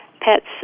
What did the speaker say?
Pets